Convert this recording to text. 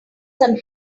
some